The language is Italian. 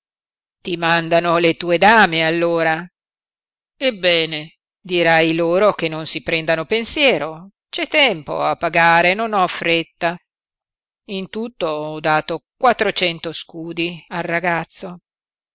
ti mandano le tue dame allora ebbene dirai loro che non si prendano pensiero c'è tempo a pagare non ho fretta in tutto ho dato quattrocento scudi al ragazzo